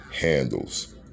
Handles